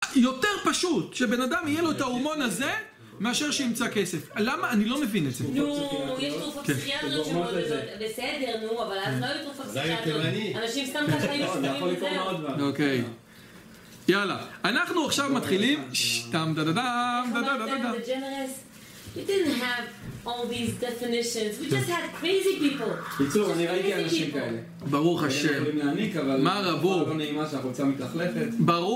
יותר פשוט שבן אדם יהיה לו את ההורמון הזה מאשר שימצא כסף למה, אני לא מבין את זה נו, הוא יש תרופה פסיכיאליות שקוראים לזה בסדר נו אבל אז לא היו תרופה פסיכיאליות אנשים סתם חשבים שקוראים לזה אנחנו יכולים להתפרד בעלי אוקיי יאללה אנחנו עכשיו מתחילים ששששטמדמדמדמדמדמדמדמדם ברוך ה' הנה כלום נהנה מה רבו ברוך